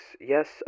Yes